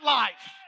life